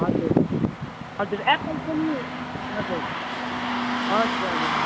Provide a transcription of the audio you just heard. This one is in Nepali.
हजुर हजुर एप्पलको पनि हजुर हजुर हजुर